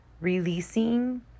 releasing